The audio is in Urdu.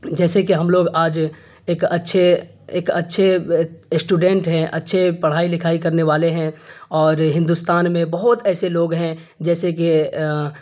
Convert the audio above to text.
جیسے کہ ہم لوگ آج ایک اچھے ایک اچھے اسٹوڈینٹ ہیں اچھے پڑھائی لکھائی کرنے والے ہیں اور ہندوستان میں بہت ایسے لوگ ہیں جیسے کہ